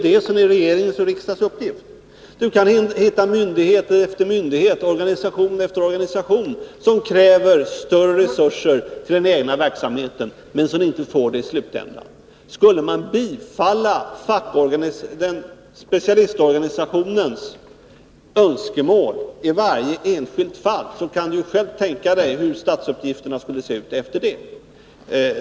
Det är regeringens och riksdagens uppgift. De kan hitta myndighet efter myndighet, organisation efter organisation som kräver större resurser till den egna verksamheten men som inte får det i slutänden. Lars-Ove Hagberg kan själv tänka sig hur statens utgifter skulle se ut, om man skulle bifalla specialistorganisationernas önskemål i varje enskilt fall.